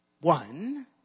one